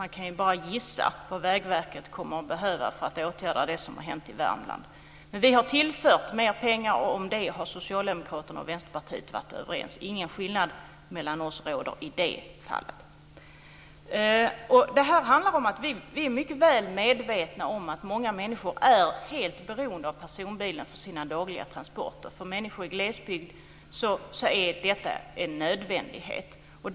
Man kan ju bara gissa vad Vägverket kommer att behöva för att åtgärda det som har hänt i Värmland. Vi har tillfört mer pengar, och om det har Socialdemokraterna och Vänsterpartiet varit överens. Ingen skillnad mellan oss råder i det fallet. Vi är mycket väl medvetna om att många människor är helt beroende av personbilen för sina dagliga transporter. För människor i glesbygd är detta en nödvändighet.